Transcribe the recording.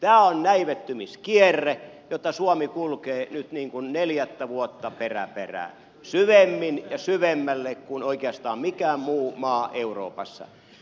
tämä on näivettymiskierre jota suomi kulkee nyt neljättä vuotta perä perää syvemmin ja syvemmälle kuin oikeastaan mikään muu maa euroopassa